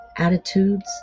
Attitudes